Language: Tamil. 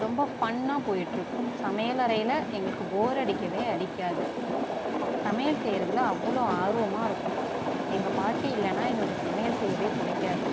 ரொம்ப ஃபன்னாக போயிட்டுருக்கும் சமையல் அறையில் எங்களுக்குப் போரடிக்கவே அடிக்காது சமையல் செய்றதில் அவ்வளோ ஆர்வமாக இருக்கும் எங்கப் பாட்டி இல்லைனா எங்களுக்கு சமையல் செய்யவே பிடிக்காது